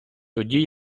тоді